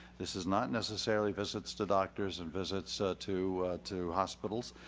this is not necessarily visits to doctors and visits to to hospitals.